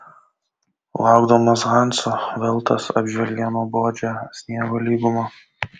laukdamas hanso veltas apžvelgė nuobodžią sniego lygumą